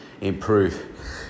improve